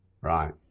Right